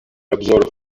обзору